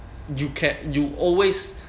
you can you always